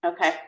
Okay